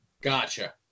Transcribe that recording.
Gotcha